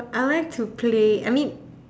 I like to play I mean